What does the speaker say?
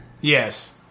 Yes